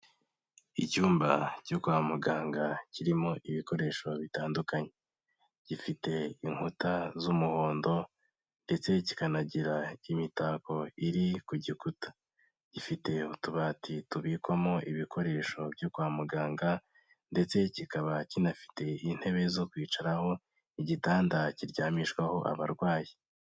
Icyumba cyo kwa muganga kirimo ibikoresho bitandukanye, gifite inkuta z'umuhondo ndetse kikanagira imitako iri ku gikuta, gifite utubati tubikwamo ibikoresho byo kwa muganga ndetse kikaba kinafite intebe zo kwicaraho, igitanda kiryamishwaho abarwayi.